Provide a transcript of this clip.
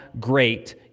great